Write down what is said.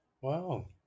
wow